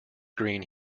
green